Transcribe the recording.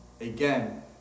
Again